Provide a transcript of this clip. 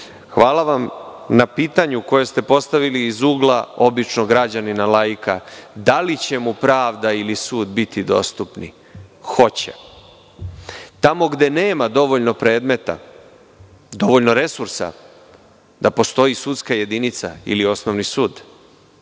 mrežu. Hvala na pitanju koje ste postavili iz ugla običnog građanina, laika – da li će mu pravda ili sud biti dostupni? Hoće. Tamo gde nema dovoljno predmeta, dovoljno resursa da postoji sudska jedinica ili osnovni sud,